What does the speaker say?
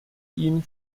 ihn